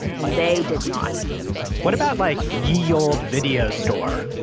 and they did not what about, like, ye olde video store?